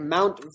Mount